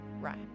rhyme